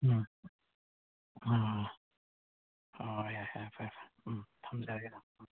ꯎꯝ ꯎꯝ ꯎꯝ ꯍꯣꯏ ꯍꯣꯏ ꯌꯥꯏ ꯁꯥꯔ ꯐꯔꯦ ꯐꯔꯦ ꯎꯝ ꯊꯝꯖꯔꯒꯦ ꯁꯥꯔ ꯎꯝ